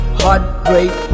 heartbreak